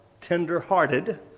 tender-hearted